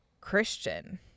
Christian